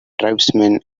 tribesmen